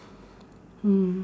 mm